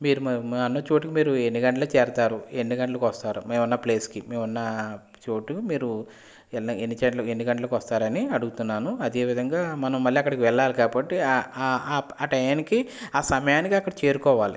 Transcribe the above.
మీరు నేను ఉన్న చోటకి ఎన్ని గంటలకి చేరుతారు ఎన్ని గంటలకి వస్తారు మేము ఉన్న ప్లేస్కి మేము ఉన్న చోటు ఎన్ని గంటలకు వస్తారని అడుగుతున్నాను అదేవిధంగా మనం మళ్ళీ అక్కడికి వెళ్ళాలి కాబట్టి ఆ టైంకి ఆ సమయానికి అక్కడికి చేరుకోవాలి